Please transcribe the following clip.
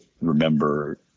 remember